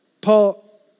Paul